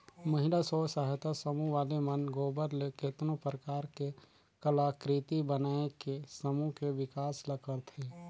महिला स्व सहायता समूह वाले मन गोबर ले केतनो परकार के कलाकृति बनायके समूह के बिकास ल करथे